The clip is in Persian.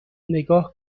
نگاه